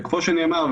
וכמו שנאמר,